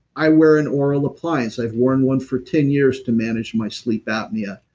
i wear an oral appliance, i've worn one for ten years to manage my sleep apnea.